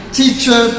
teacher